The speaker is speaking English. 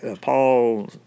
Paul